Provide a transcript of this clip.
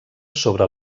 sobre